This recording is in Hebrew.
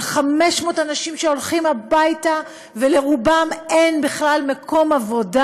על 500 אנשים שהולכים הביתה ולרובם אין בכלל מקום עבודה,